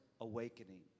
awakening